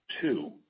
Two